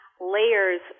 layers